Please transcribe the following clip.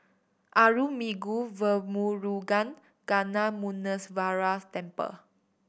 Arulmigu Velmurugan Gnanamuneeswarar Temple